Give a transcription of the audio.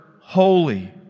holy